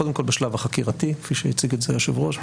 קודם כל בשלב החקירתי כפי שהציג את זה היושב-ראש,